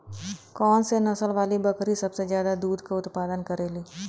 कौन से नसल वाली बकरी सबसे ज्यादा दूध क उतपादन करेली?